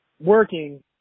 working